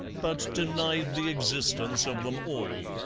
but denied the existence of them all.